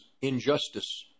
injustice